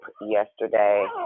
yesterday